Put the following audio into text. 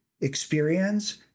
experience